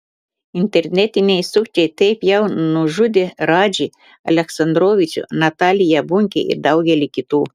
internetiniai sukčiai taip jau nužudė radžį aleksandrovičių nataliją bunkę ir daugelį kitų